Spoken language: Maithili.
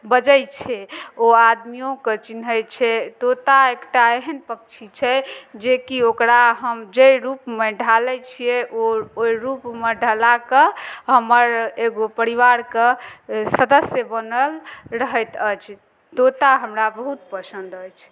बजै छै ओ आदमियोके चिन्है छै तोता एकटा एहन पक्षी छै जेकि ओकरा हम जइ रूपमे ढालै छियै ओ ओइ रूपमे ढला कऽ हमर एगो परिवार कऽ सदस्य बनल रहैत अइछ तोता हमरा बहुत पसन्द अइछ